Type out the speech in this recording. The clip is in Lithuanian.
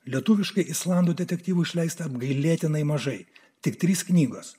lietuviškai islandų detektyvų išleista apgailėtinai mažai tik trys knygos